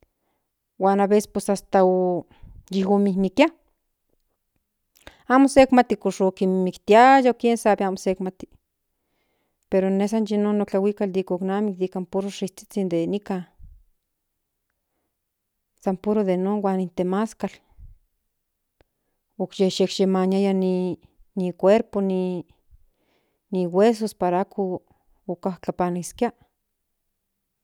Huan aveces hasta o yimimikia amo sek mati o kon ssek miktiaya o kien sabe amo sek mati pero san yi non no tlahuikal okinami nikan puro suizhizhin den nikan san puro de non huan in temaskal okyesheshekmaniaya ni ni cuerpo ni huesoso para ako okajtlapanizkia.